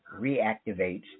reactivates